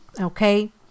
Okay